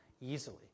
easily